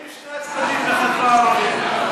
אם שני הצדדים מהחברה הערבית?